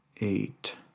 Eight